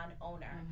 owner